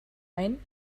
ein